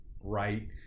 right